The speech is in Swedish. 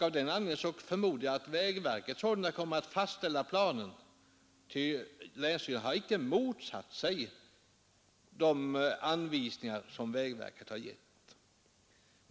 Av den anledningen förmodar jag att vägverket sålunda kommer att fastställa planen, ty länsstyrelsen har icke motsatt sig de anvisningar som vägverket givit.